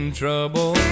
trouble